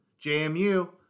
JMU